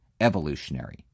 evolutionary